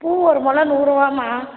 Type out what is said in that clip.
பூ ஒரு முழம் நூறு ரூபாம்மா